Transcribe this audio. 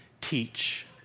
teach